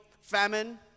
famine